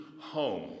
home